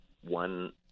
One